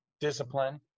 discipline